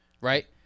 Right